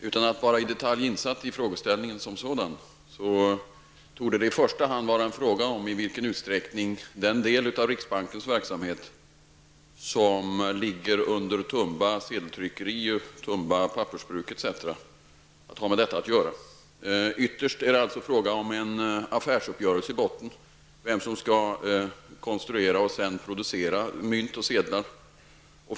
Herr talman! Utan att i detalj vara insatt i frågeställningen vill jag säga att det i första hand torde vara fråga om i vilken utsträckning den del av riksbankens verksamhet som ligger under Tumba sedeltryckeri, Tumba pappersbruk etc., har med detta att göra. Det gäller alltså i botten en affärsuppgörelse -- vem som skall konstruera och sedan producera mynt och sedlar.